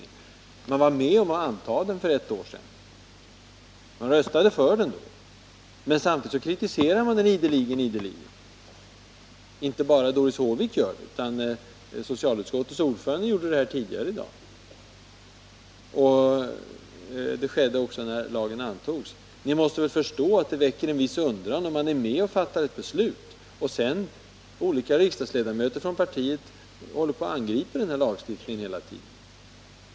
Socialdemokraterna var med om att anta lagen för ett år sedan —de röstade för den. Men samtidigt kritiserar de ideligen lagstiftningen. Det är inte bara Doris Håvik som gör det. Socialutskottets ordförande gjorde det tidigare i dag, och det skedde också när lagen antogs. Ni måste väl förstå att det väcker en viss undran när det socialdemokratiska partiet är med och fattar beslut om en lagstiftning som sedan riksdagsledamöter från partiet hela tiden angriper.